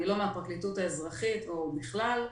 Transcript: אני לא מהפרקליטות האזרחית או בכלל,